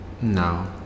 No